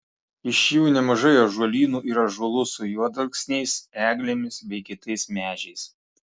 iš jų nemažai ąžuolynų ir ąžuolų su juodalksniais eglėmis bei kitais medžiais